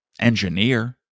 engineer